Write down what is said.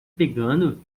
pegando